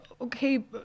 okay